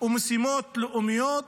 ומשימות לאומיות,